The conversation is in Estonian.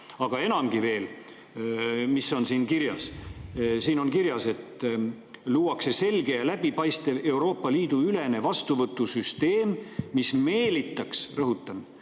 Aga enamgi veel, siin on kirjas, et luuakse selge ja läbipaistev Euroopa Liidu ülene vastuvõtusüsteem, mis meelitaks – rõhutan,